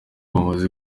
bamaze